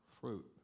fruit